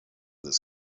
this